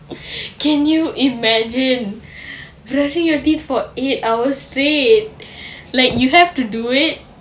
can you imagine brushing your teeth for eight hours straight like you have to do it